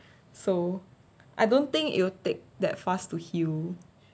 so I don't think you take that fast to heal